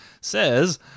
says